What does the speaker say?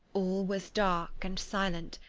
all was dark and silent,